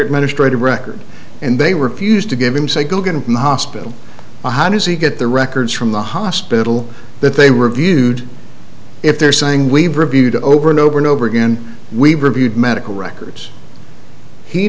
administrative record and they refused to give him say going to the hospital so how does he get the records from the hospital that they reviewed if they're saying we've reviewed over and over and over again we've reviewed medical records he